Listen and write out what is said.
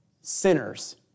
sinners